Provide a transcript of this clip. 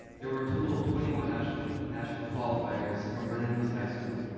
there were a total of twenty one national national qualifiers from vernon hills high school.